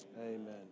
amen